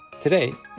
Today